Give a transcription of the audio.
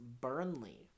Burnley